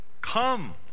come